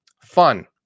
fun